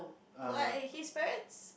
why his parents